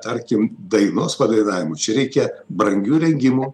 tarkim dainos padainavimu čia reikia brangių įrengimų